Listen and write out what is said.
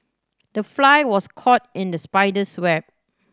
the fly was caught in the spider's web